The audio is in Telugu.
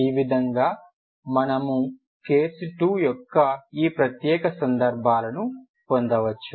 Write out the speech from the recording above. ఈ విధంగా మనము కేసు 2 యొక్క ఈ ప్రత్యేక సందర్భాలను పొందవచ్చు